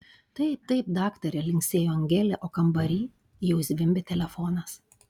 taip taip daktare linksėjo angelė o kambary jau zvimbė telefonas